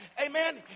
Amen